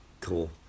Cool